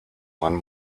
one